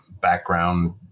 background